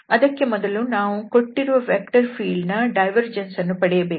ಅದಕ್ಕೆ ಮೊದಲು ನಮಗೆ ಕೊಟ್ಟಿರುವ ವೆಕ್ಟರ್ ಫೀಲ್ಡ್ ನ ಡೈವರ್ಜೆನ್ಸ್ ಅನ್ನು ಪಡೆಯಬೇಕಾಗಿದೆ